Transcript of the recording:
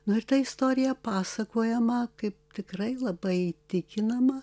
nu ir ta istorija pasakojama kaip tikrai labai įtikinama